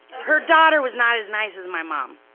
her daughter was not as nice as my mom.